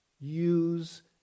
Use